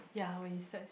ya when you search